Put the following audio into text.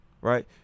right